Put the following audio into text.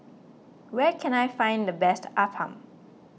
where can I find the best Appam